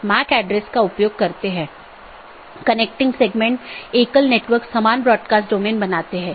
किसी भी ऑटॉनमस सिस्टमों के लिए एक AS नंबर होता है जोकि एक 16 बिट संख्या है और विशिष्ट ऑटोनॉमस सिस्टम को विशिष्ट रूप से परिभाषित करता है